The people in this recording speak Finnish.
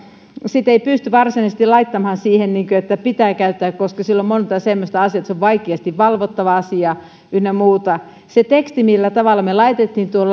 sitä ei pysty varsinaisesti laittamaan niin että pitää käyttää koska siellä on monta semmoista asiaa se on vaikeasti valvottava asia ynnä muuta se teksti millä tavalla me laitoimme tuohon